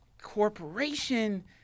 corporation